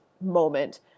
moment